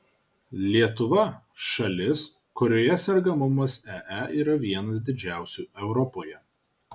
lietuva šalis kurioje sergamumas ee yra vienas didžiausių europoje